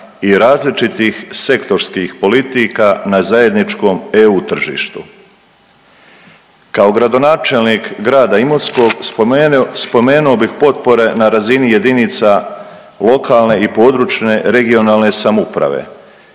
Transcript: i različitih sektorskih politika na zajedničkom EU tržištu. Kao gradonačelnik grada Imotskog spomenuo bih potpore na razini jedinica lokalne i područne regionalne samouprave